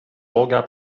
boga